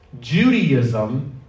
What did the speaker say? Judaism